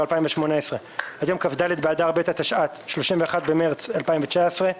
2018) עד יום כ"ד באדר ב' התשע"ט (31 במארס 2019),